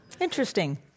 Interesting